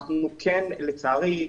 לצערי,